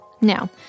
Now